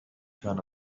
turn